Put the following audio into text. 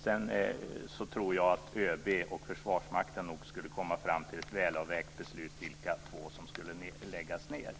Sedan tror jag att ÖB och Försvarsmakten skulle komma fram till ett välavvägt beslut om vilka två flottiljer som skulle läggas ned.